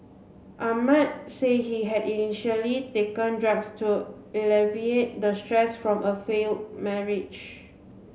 Ahmad said he had initially taken drugs to alleviate the stress from a failed marriage